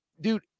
dude